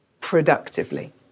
productively